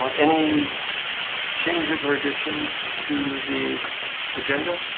any changes or additions to the agenda